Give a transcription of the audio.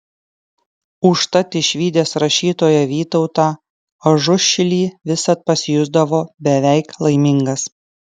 užtat išvydęs rašytoją vytautą ažušilį visad pasijusdavo beveik laimingas